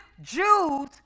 Jews